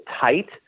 tight